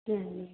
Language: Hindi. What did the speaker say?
चलिए